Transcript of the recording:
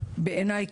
קשות בעיניי.